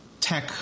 tech